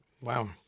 Wow